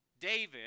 David